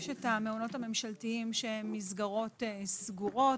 יש את המעונות הממשלתיים שהן מסגרות סגורות,